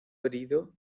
herido